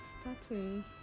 starting